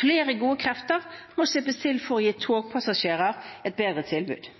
Flere gode krefter må slippes til for å gi togpassasjerer et bedre tilbud.